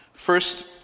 First